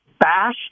bash